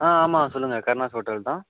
ஆ ஆமாம் சொல்லுங்கள் கருணாஸ் ஹோட்டல் தான்